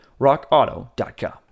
rockauto.com